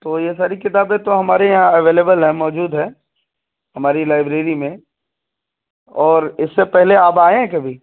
تو یہ ساری کتابیں تو ہمارے یہاں اولیبل ہیں موجود ہے ہماری لائبریری میں اور اس سے پہلے آپ آئیں ہیں کبھی